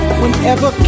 whenever